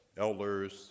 elders